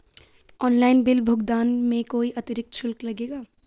Online bill भुगतान में कोई अतिरिक्त शुल्क लगेगा?